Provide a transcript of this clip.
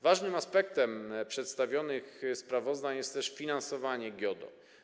Ważnym aspektem przedstawionych sprawozdań jest też finansowanie GIODO.